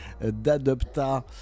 d'Adopta